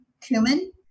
cumin